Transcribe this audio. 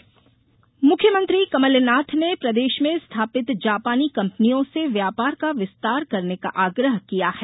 CM निवेश मित्र मुख्यमंत्री कमलनाथ ने प्रदेश में स्थापित जापानी कंपनियों से व्यापार का विस्तार करने का आग्रह किया है